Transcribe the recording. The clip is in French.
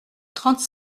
trente